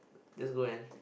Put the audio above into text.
just go and